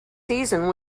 season